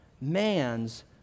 Man's